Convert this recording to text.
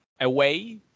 away